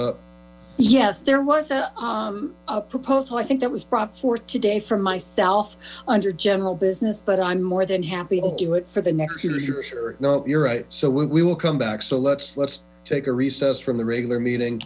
up yes there was a proposal postal i think that was brought forth today from myself under general business but i'm more than happy to do it for the next few years sure no you're right so we will come back so let's let's take a recess from the reregular meeting